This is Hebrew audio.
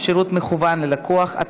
ניכוי הכנסות להורה עצמאי),